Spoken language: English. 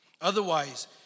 Otherwise